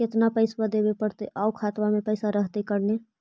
केतना पैसा देबे पड़तै आउ खातबा में पैसबा रहतै करने?